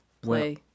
play